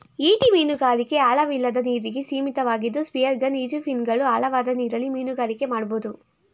ಈಟಿ ಮೀನುಗಾರಿಕೆ ಆಳವಿಲ್ಲದ ನೀರಿಗೆ ಸೀಮಿತವಾಗಿದ್ದು ಸ್ಪಿಯರ್ಗನ್ ಈಜುಫಿನ್ಗಳು ಆಳವಾದ ನೀರಲ್ಲಿ ಮೀನುಗಾರಿಕೆ ಮಾಡ್ಬೋದು